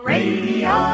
Radio